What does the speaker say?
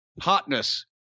hotness